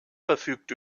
verfügt